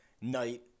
night